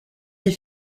des